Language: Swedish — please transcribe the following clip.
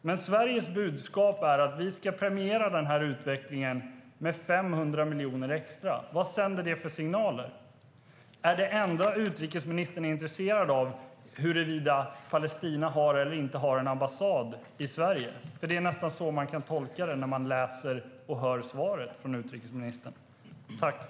Men Sveriges budskap är att vi ska premiera den här utvecklingen med 500 miljoner extra. Vad sänder det för signaler? Är det enda som utrikesministern är intresserad av huruvida Palestina har eller inte har en ambassad i Sverige? Det är nästan så man kan tolka det när man läser och hör svaret från utrikesministern.